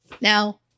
Now